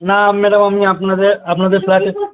না ম্যাডাম আমি আপনাদের আপনাদের ফ্ল্যাটে